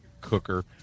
cooker